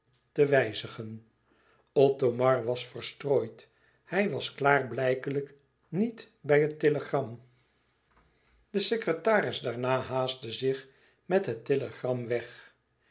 te wijzigen thomar was verstrooid hij was klaarblijkelijk niet bij het telegram de secretaris daarna haastte zich met het telegram weg